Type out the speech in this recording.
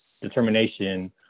determination